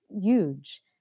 huge